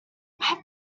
have